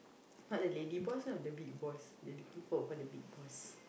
not the lady boss lah the big boss they waiting for the big boss